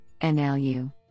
NLU